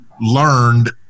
learned